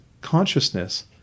consciousness